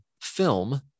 film